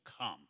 come